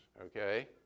okay